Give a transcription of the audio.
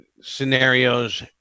scenarios